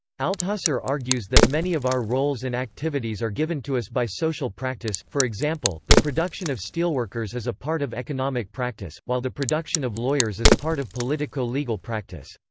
althusser argues that many of our roles and activities are given to us by social practice for example, the production of steelworkers is a part of economic economic practice, while the production of lawyers is part of politico-legal practice.